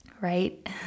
Right